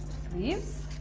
sleeves,